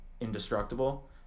indestructible